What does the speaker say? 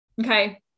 Okay